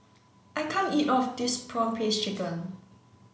I can't eat of this prawn paste chicken